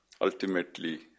ultimately